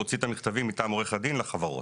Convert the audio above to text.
הוציא את המכתבים מטעם עורך הדין לחברות.